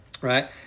Right